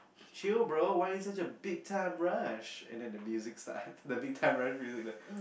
chill bro why are you such a Big-Time-Rush and then the music starts the Big-Time-Rush music starts